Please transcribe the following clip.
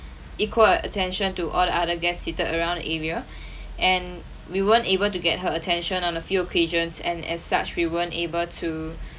equal attention to all the other guest seated around the area and we weren't able to get her attention on a few occasions and as such we weren't able to